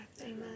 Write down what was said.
Amen